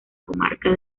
comarca